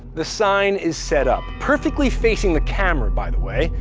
the sign is set up, perfectly facing the camera, by the way,